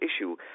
issue